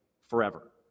forever